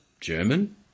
German